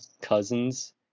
cousins